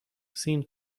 seems